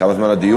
כמה זמן הדיון?